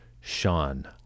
Sean